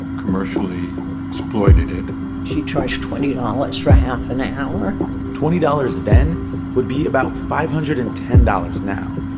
commercially exploited it she charged twenty dollars for half an hour twenty dollars then would be about five hundred and ten dollars now,